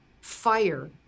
fire